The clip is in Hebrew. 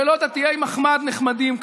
ולא דתיי מחמד נחמדים כאלה.